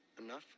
Enough